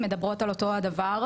מדברות על אותו הדבר.